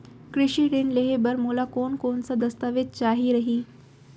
कृषि ऋण लेहे बर मोला कोन कोन स दस्तावेज चाही रही?